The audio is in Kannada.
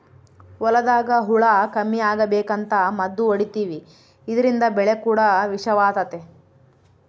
ಹೊಲದಾಗ ಹುಳ ಕಮ್ಮಿ ಅಗಬೇಕಂತ ಮದ್ದು ಹೊಡಿತಿವಿ ಇದ್ರಿಂದ ಬೆಳೆ ಕೂಡ ವಿಷವಾತತೆ